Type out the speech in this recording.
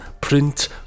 print